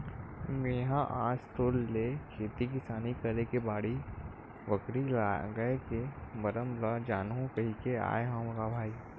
मेहा आज तोर ले खेती किसानी करे के बाड़ी, बखरी लागए के मरम ल जानहूँ कहिके आय हँव ग भाई